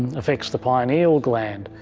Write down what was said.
affects the pineal gland.